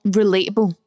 relatable